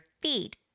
feet